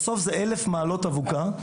בסוף זה אלף מעלות בתוך אבוקה,